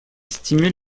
stimule